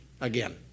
again